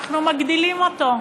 אנחנו מגדילים אותו.